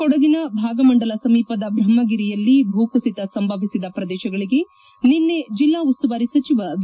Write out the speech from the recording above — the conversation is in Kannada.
ಕೊಡಗಿನ ಭಾಗಮಂಡಲ ಸಮೀಪದ ಬ್ರಹ್ಮಗಿರಿಯಲ್ಲಿ ಭೂಕುಸಿತ ಸಂಭವಿಸಿದ ಪ್ರದೇಶಗಳಿಗೆ ನಿನ್ನೆ ಜಿಲ್ಲಾ ಉಸ್ತುವಾರಿ ಸಚಿವ ವಿ